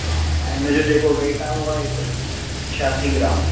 हा हिन जो जेको वेट आहे उहो आहे हिकु सौ छहासी ग्राम